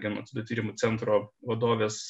genocido tyrimų centro vadovės